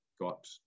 got